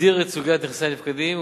הסדיר את סוגיית נכסי הנפקדים,